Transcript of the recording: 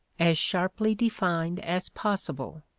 as sharply defined as possible.